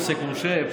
עוסק מורשה,